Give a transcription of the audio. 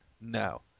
No